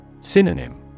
Synonym